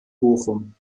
bochum